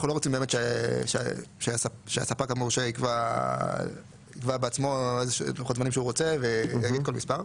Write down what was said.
אנחנו לא רוצים שהספק המורשה ייקבע בעצמו זמנים ויגיד כל מספר.